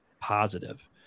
positive